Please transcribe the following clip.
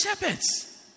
shepherds